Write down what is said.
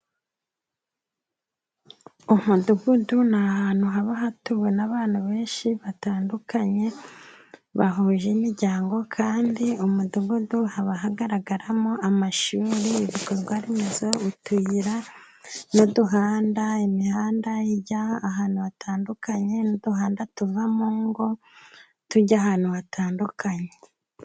Umudugudu n'ahantu haba hatubona abana benshi batandukanye bahuje imiryango, kandi umudugudu haba hagaragaramo amashuri n'ibikorwa remezo, utuyira n'uduhanda, imihanda ijya ahantu hatandukanye, n'uduhanda tuva mu ngo tujye ahantu hatandukanye.